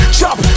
chop